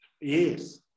Yes